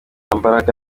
mbaraga